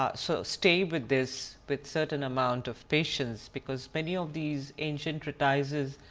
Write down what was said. ah so stay with this with certain amount of patience, because many of these ancient treatises,